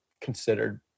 considered